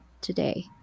today